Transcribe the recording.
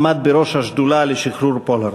עמד בראש השדולה לשחרור פולארד,